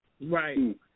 Right